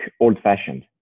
old-fashioned